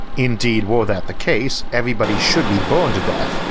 indeed, were that the case everybody should be burned to death,